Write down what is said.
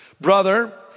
Brother